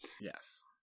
Yes